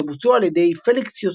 שבוצעו על ידי פליקס יוסופוב,